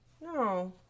no